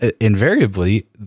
invariably